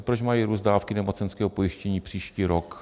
Proč mají růst dávky nemocenského pojištění příští rok?